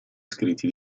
scritti